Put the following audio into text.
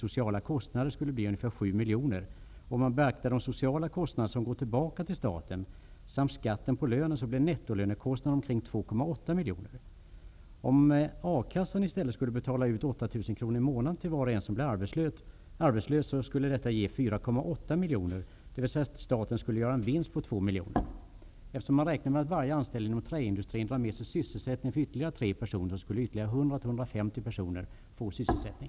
sociala kostnader skulle uppgå till ca 7 miljoner. Om man beaktar de sociala kostnader som går tillbaka till staten samt skatten på lönen blir nettolönekostnaden omkring 2,8 miljoner. Om A kassan i stället skulle betala ut 8 000 kr i månaden till var och en som blir arbetslös skulle detta ge 4,8 miljoner. Staten skulle alltså göra en vinst på 2 miljoner. Eftersom man räknar med att varje anställd inom träindustrin drar med sig sysselsättning för ytterligare tre personer, skulle 100--150 personer få sysselsättning.